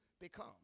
become